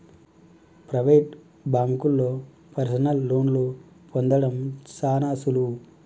private బాంకుల్లో personal లోన్లు పొందడం సాన సులువు